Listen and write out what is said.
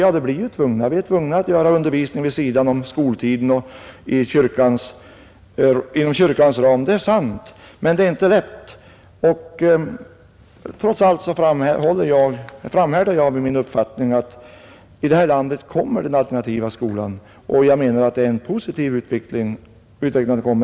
Ja, vi blir tvungna att ge undervisning vid sidan av skoltiden inom kyrkans ram, det är sant. Men det är inte lätt. Trots allt framhärdar jag i min uppfattning att här i landet kommer den alternativa skolan, och jag menar att det är en positiv utveckling.